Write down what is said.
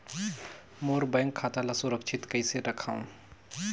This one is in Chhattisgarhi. मोर बैंक खाता ला सुरक्षित कइसे रखव?